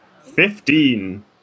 Fifteen